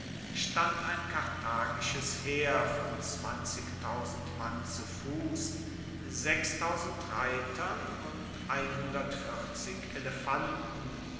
stand ein karthagisches heer von mann zu fuss reitern und elefanten